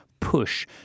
push